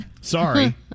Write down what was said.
Sorry